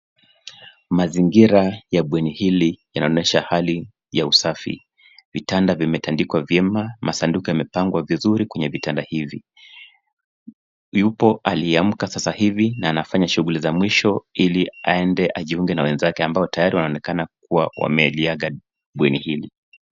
Mazingira ya bweni lini yanaonyesha usafi, vitanda vimetandikwa kwa vyema masanduku yamepangwa vizuri kwenye vitanda hivi. Yupo aliyeamka sasa hivi na anafanya shughuli za mwishi ili aende ajiunge na wenzake, ambao tayari wanaonekana wameliaga bweni hili.